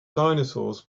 dinosaurs